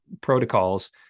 protocols